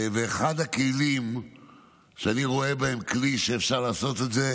אחד הכלים שאני רואה בהם כלי שאפשר לעשות את זה